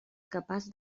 capaç